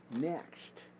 next